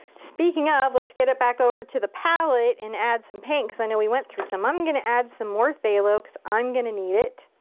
speaking of, let's get it back over to the palette and add some paint because i know we went through some. i'm gonna add some more phthalo cause i'm gonna need it.